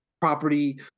property